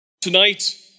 Tonight